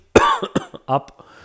up